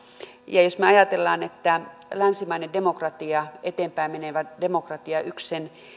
ja jos me ajattelemme että länsimaisen demokratian eteenpäin menevän demokratian yksi